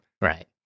Right